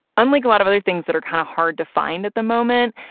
unlike a lot of other things that are kind of hard to find at the moment,